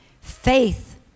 Faith